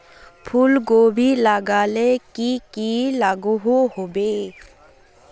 फूलकोबी लगाले की की लागोहो होबे?